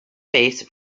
base